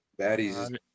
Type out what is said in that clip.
baddies